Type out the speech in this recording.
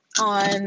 on